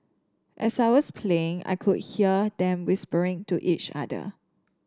as I was playing I could hear them whispering to each other